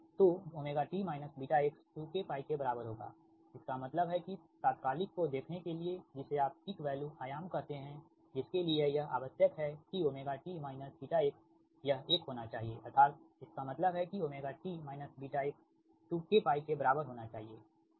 तो ωt βx 2kπ के बराबर होगा इसका मतलब है कि तात्कालिक को देखने के लिए जिसे आप पीक वेल्यू परिमाण कहते हैं जिसके लिए यह आवश्यक है कि ωt βx यह 1 होना चाहिए अर्थात इसका मतलब है कि ωt βx 2kπ के बराबर होना चाहिए ठीक